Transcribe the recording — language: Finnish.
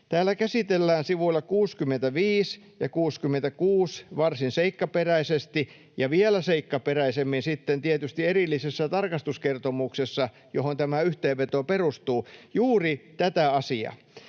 Täällä käsitellään sivuilla 65 ja 66 varsin seikkaperäisesti — ja vielä seikkaperäisemmin sitten tietysti erillisessä tarkastuskertomuksessa, johon tämä yhteenveto perustuu — juuri tätä asiaa.